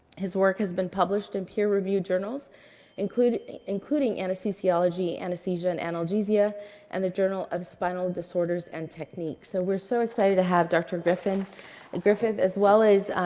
his work has been published in peer-reviewed journals including including anesthesiology, anesthesia, and analgesia and the journal of spinal disorders and so, we're so excited to have dr. griffith and griffith as well as,